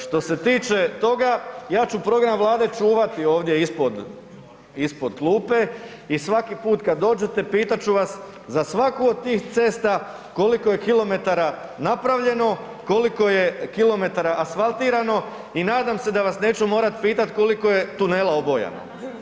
Što se tiče toga, ja ću program Vlade čuvati ovdje ispod klupe i svaki put kad dođete, pitat ću vas za svaku od tih cesta koliko je kilometara napravljeno, koliko je kilometara asfaltirano i nadam se da vas neću morat pitat koliko je tunela obojano.